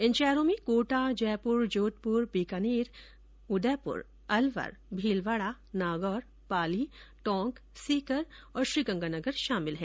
इन शहरों में कोटा जयपुर जोघपुर बीकानेर उदयपुर अलवर भीलवाड़ा नागौर पाली टोंक सीकर और गंगानगर शामिल है